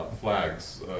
flags